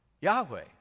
Yahweh